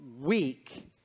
weak